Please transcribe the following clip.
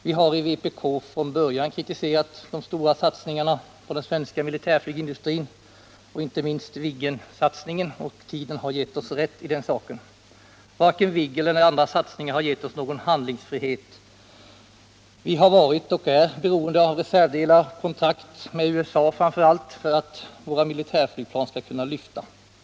Vi har i vpk från början kritiserat de stora satsningarna på den svenska militärflygindustrin, inte minst Viggensatsningen, och tiden har gett oss rätt i den saken. Varken Viggen eller någon annan satsning har gett oss handlingsfrihet. Vi har varit och är beroende av reservdelar, i kontrakt med framför allt USA, för att våra militära flygplan skall kunna lyfta.